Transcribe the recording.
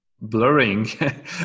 blurring